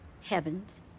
Heavens